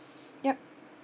yup